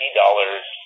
dollars